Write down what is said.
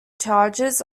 charges